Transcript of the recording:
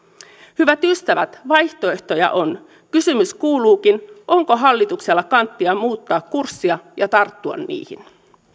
hyvät ystävät vaihtoehtoja on kysymys kuuluukin onko hallituksella kanttia muuttaa kurssia ja tarttua niihin